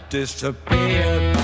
disappeared